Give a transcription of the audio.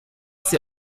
sie